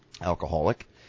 Alcoholic